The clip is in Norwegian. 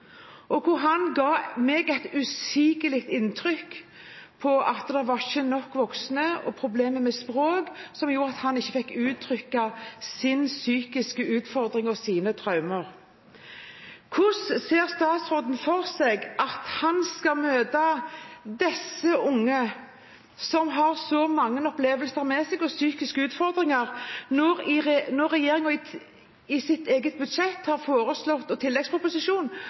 Han gjorde et usigelig sterkt inntrykk på meg – det var ikke nok voksne, og det var problemer med språk som gjorde at han ikke fikk uttrykt sine psykiske utfordringer og sine traumer. Hvordan ser statsråden for seg at han skal møte disse unge, som har så mange opplevelser med seg og psykiske utfordringer, når regjeringen i sitt eget budsjett og i tilleggsproposisjonen har foreslått å